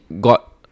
got